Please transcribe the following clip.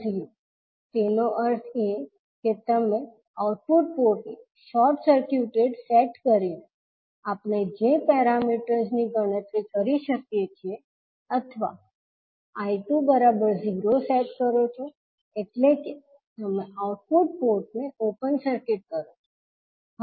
V2 0 તેનો અર્થ એ કે તમે આઉટપુટ પોર્ટને શોર્ટ સર્ક્યુટેડ સેટ કરીને આપણે જે પેરામીટર્સની ગણતરી કરી શકીએ છીએ અથવા 𝐈2 𝟎 સેટ કરો છો એટલે કે તમે આઉટપુટ પોર્ટ ને ઓપન સર્કિટ સેટ કરો છો